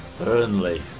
Burnley